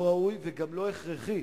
לא ראוי וגם לא הכרחי.